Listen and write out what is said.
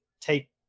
take